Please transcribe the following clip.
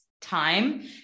time